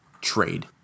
trade